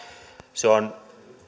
se on